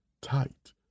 tight